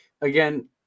again